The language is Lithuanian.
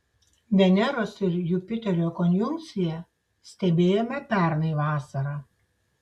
veneros ir jupiterio konjunkciją stebėjome pernai vasarą